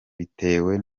bitewe